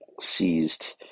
seized